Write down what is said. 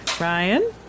Ryan